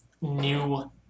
new